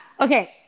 Okay